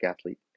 athlete